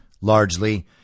largely